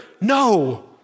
No